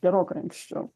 gerokai anksčiau